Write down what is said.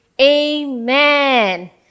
amen